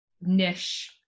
niche